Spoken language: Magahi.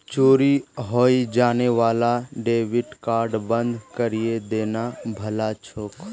चोरी हाएं जाने वाला डेबिट कार्डक बंद करिहें देना भला छोक